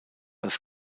als